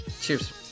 cheers